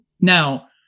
Now